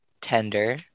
tender